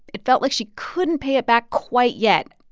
it felt like she couldn't pay it back quite yet,